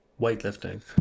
weightlifting